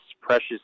precious